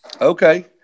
Okay